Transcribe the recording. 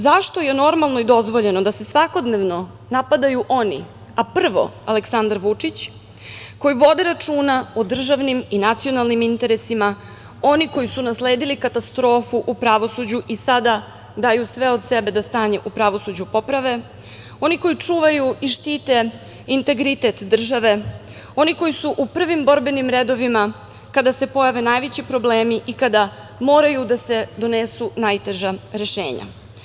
Zašto je normalno i dozvoljeno da se svakodnevno napadaju oni, a prvo Aleksandar Vučić, koji vode računa o državnim i nacionalnim interesima, oni koji su nasledili katastrofu u pravosuđu i sada daju sve od sebe da stanje u pravosuđu poprave, oni koji čuvaju i štite integritet države, oni koji su u prvim borbenim redovima kada se pojave najveći problemi i kada moraju da se donesu najteža rešenja?